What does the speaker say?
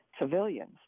civilians